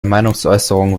meinungsäußerung